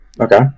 Okay